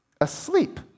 asleep